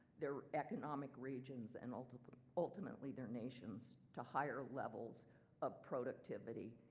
their economic regions and ultimately ultimately their nations, to higher levels of productivity.